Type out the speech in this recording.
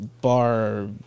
bar